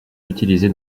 utilisé